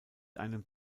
einem